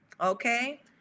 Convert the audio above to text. okay